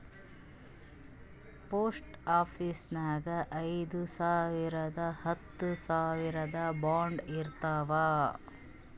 post ಆಫೀಸ್ನಾಗ್ ಐಯ್ದ ಸಾವಿರ್ದು ಹತ್ತ ಸಾವಿರ್ದು ಬಾಂಡ್ ಇರ್ತಾವ್